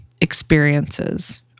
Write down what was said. experiences